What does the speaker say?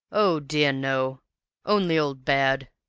oh, dear, no only old baird.